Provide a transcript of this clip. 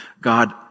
God